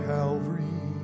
Calvary